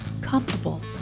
comfortable